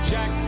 Jack